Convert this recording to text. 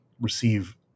receive